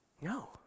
No